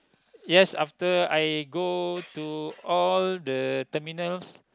yes after I go to all the terminals